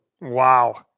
Wow